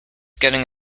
getting